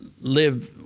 live